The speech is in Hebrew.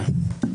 כן.